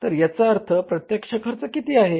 तर याचा अर्थ प्रत्यक्ष खर्च किती आहे